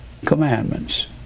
commandments